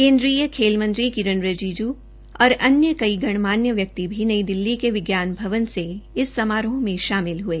केन्द्रीय खेल मंत्री किरेन रिजिजू और अन्य कई गणमान्य व्यक्ति भी नई दिल्ली के विज्ञान भवन से इस समारोह में शामिल हुए